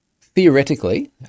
theoretically